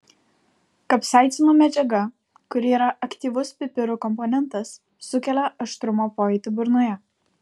kapsaicino medžiaga kuri yra aktyvus pipirų komponentas sukelia aštrumo pojūtį burnoje